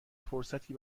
فرصتی